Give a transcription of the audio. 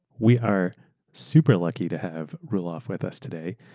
we are super lucky to have roelof with us today.